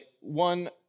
one